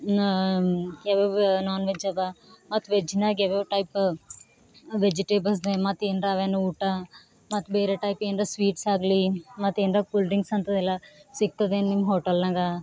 ಯಾವ್ಯಾವ non veg ಅದ ಮತ್ತು ವೆಜ್ನಾಗ ಯಾವ್ಯಾವ ಟೈಪ್ ವೆಜೆಟೆಬಲ್ಸ್ ಮತ್ತು ಏನರ ಅವೇನು ಊಟ ಮತ್ತು ಬೇರೆ ಟೈಪ್ ಏನರ ಸ್ವೀಟ್ಸ್ ಆಗಲಿ ಮತ್ತು ಏನರ ಕೂಲ್ ಡ್ರಿಂಕ್ಸ್ ಅಂಥದೆಲ್ಲ ಸಿಕ್ತದೇನು ನಿಮ್ಮ ಹೋಟೆಲ್ನಾಗ